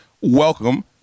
Welcome